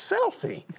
Selfie